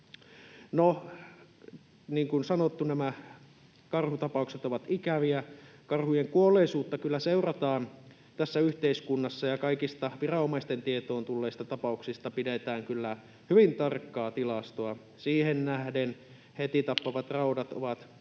No, niin kuin sanottu, nämä karhutapaukset ovat ikäviä. Karhujen kuolleisuutta kyllä seurataan tässä yhteiskunnassa ja kaikista viranomaisten tietoon tulleista tapauksista pidetään kyllä hyvin tarkkaa tilastoa. Siihen nähden heti tappavat raudat ovat hyvin